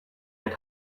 had